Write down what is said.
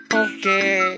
okay